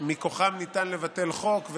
שמכוחן ניתן לבטל חוק,